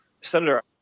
Senator